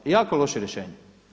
Jako loše rješenje.